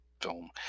film